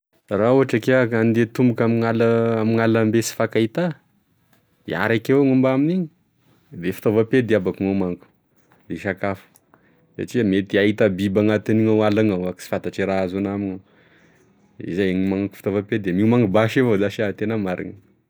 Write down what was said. Raha ohatry ke iah kandeha tomboka amin'ala- amin'ala be sy hifankahita iah raiky avao miomba amin'iny da fitaovam-pidia eky ny homaniko de sakafo satria mety ahita biby anatin'ny oa ala any ao ah akoa sy fantatry raha ahazo anah amignao zay gn'hanomanako fitaovam-piadia de miomana basy avao za sa tena mariny.